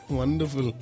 wonderful